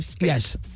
Yes